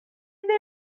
ddim